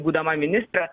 būdama ministre